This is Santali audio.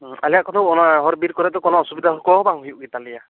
ᱦᱩᱸ ᱟᱞᱮᱭᱟᱜ ᱠᱚᱫᱚ ᱚᱱᱟᱻ ᱦᱚᱨ ᱵᱤᱨ ᱠᱚᱨᱮ ᱫᱚ ᱠᱚᱱᱚ ᱚᱥᱩᱵᱤᱫᱷᱟ ᱠᱚ ᱦᱚᱸ ᱵᱟᱝ ᱦᱩᱭᱩᱜ ᱜᱮᱛᱟᱞᱮᱭᱟ